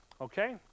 okay